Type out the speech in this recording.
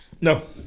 No